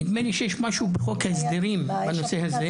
נדמה לי שיש משהו בחוק ההסדרים בנושא הזה.